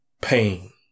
pain